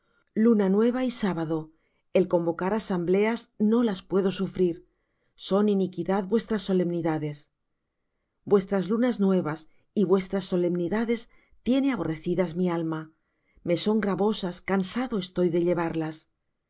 luna nueva y sábado el convocar asambleas no las puedo sufrir son iniquidad vuestras solemnidades vuestras lunas nuevas y vuestras solemnidades tiene aborrecidas mi alma me son gravosas cansado estoy de llevarlas